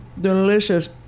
delicious